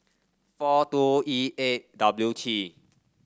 four two E eight W T